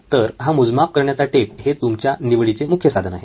तर हा मोजमाप करण्याचा टेप हेच तुमच्या निवडीचे मुख्य साधन आहे